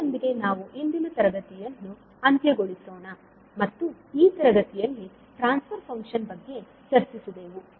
ಆದ್ದರಿಂದ ಇದರೊಂದಿಗೆ ನಾವು ಇಂದಿನ ತರಗತಿಯನ್ನು ಅಂತ್ಯಗೊಳಿಸೋಣ ಮತ್ತು ಈ ತರಗತಿಯಲ್ಲಿ ಟ್ರಾನ್ಸ್ ಫರ್ ಫಂಕ್ಷನ್ ಬಗ್ಗೆ ಚರ್ಚಿಸಿದೆವು